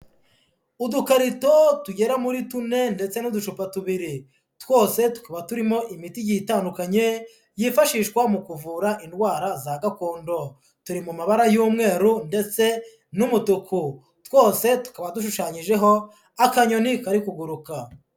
Udukarito tugera muri tune ndetse n'uducupa tubiri twose tukaba turimo imiti igiye itandukanye yifashishwa mu kuvura indwara za gakondo, turi mu mabara y'umweru ndetse n'umutuku, twose tukaba dushushanyijeho akanyoni kari kuguruka.